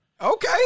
Okay